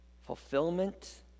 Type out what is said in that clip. fulfillment